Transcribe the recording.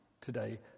today